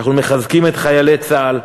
שאנחנו מחזקים את חיילי צה"ל,